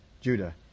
Judah